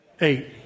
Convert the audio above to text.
Eight